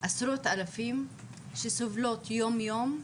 עשרות אלפים שסובלות יום יום,